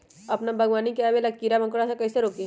अपना बागवानी में आबे वाला किरा मकोरा के कईसे रोकी?